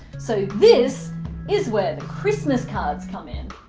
so this is where the christmas cards come in.